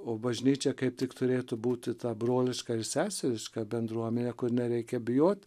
o bažnyčia kaip tik turėtų būti ta broliška ir seseriška bendruomenė kur nereikia bijoti